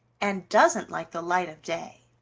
and doesn't like the light of day.